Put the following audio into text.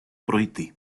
пройти